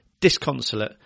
disconsolate